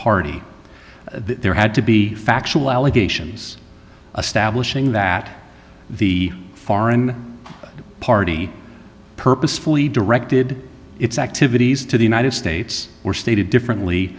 party there had to be factual allegations stablish ing that the foreign party purposefully directed its activities to the united states or stated differently